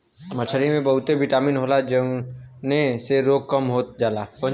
मछरी में बहुत बिटामिन होला जउने से रोग कम होत जाला